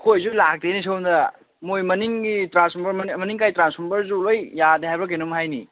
ꯑꯩꯈꯣꯏꯁꯨ ꯂꯥꯛꯇꯦꯅꯦ ꯁꯣꯝꯗ ꯃꯣꯏ ꯃꯅꯤꯡꯒꯤ ꯇ꯭ꯔꯥꯟꯁꯐꯣꯔꯃꯔ ꯃꯅꯤꯡ ꯂꯩꯀꯥꯏꯒꯤ ꯇ꯭ꯔꯥꯟꯁꯐꯣꯔꯃꯔꯁꯨ ꯂꯣꯏ ꯌꯥꯗꯦ ꯍꯥꯏꯕ꯭ꯔꯥ ꯀꯩꯅꯣꯝ ꯍꯥꯏꯅꯦ